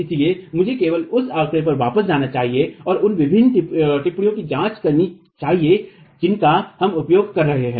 इसलिए मुझे केवल उस आंकड़े पर वापस जाना चाहिए और उन विभिन्न टिप्पणी की जांच करनी चाहिए जिनका हम उपयोग कर रहे हैं